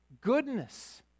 goodness